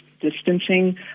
distancing